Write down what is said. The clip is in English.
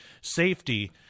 safety